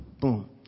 Boom